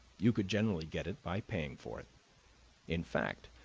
you could generally get it by paying for it in fact,